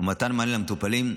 ומתן מענה למטופלים,